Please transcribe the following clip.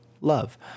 love